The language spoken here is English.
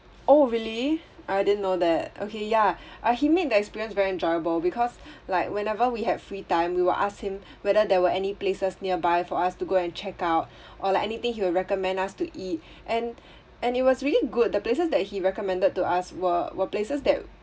oh really I didn't know that okay ya ah he made the experience very enjoyable because like whenever we have free time we will ask him whether there were any places nearby for us to go and check out or like anything he will recommend us to eat and and it was really good the places that he recommended to us were were places that